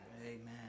Amen